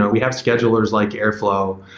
but we have schedulers like airflow.